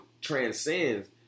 transcends